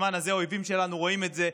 ובזמן הזה האויבים שלנו רואים את זה,